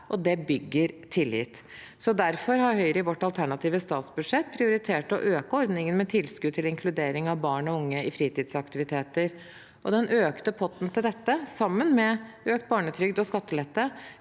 og det bygger tillit. Derfor har Høyre i vårt alternative statsbudsjett prioritert å øke ordningen med tilskudd til inkludering av barn og unge i fritidsaktiviteter. Den økte potten til dette, sammen med økt barnetrygd og skattelette,